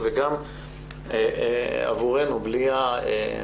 אני שואלת על מי מחפשים להגן, על הנאשם?